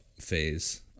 phase